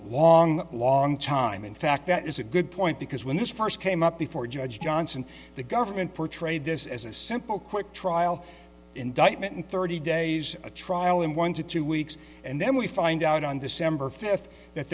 long long time in fact that is a good point because when this first came up before judge johnson the government portrayed this as a simple quick trial indictment and thirty days a trial in one to two weeks and then we find out on december fifth that